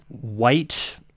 white